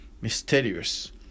mysterious